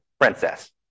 princess